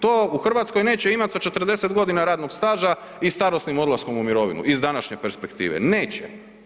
To u Hrvatskoj neće imat sa 40 g. radnog staža i starosnom odlaskom u mirovinu iz današnje perspektive, neće.